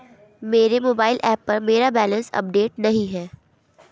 मेरे mobile app पर मेरा बैलेंस अपडेट नहीं है